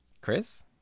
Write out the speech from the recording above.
Chris